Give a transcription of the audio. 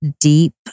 deep